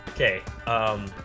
Okay